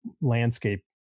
landscape